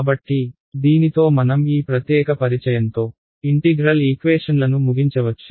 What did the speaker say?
కాబట్టి దీనితో మనం ఈ ప్రత్యేక పరిచయంతో ఇంటిగ్రల్ ఈక్వేషన్లను ముగించవచ్చు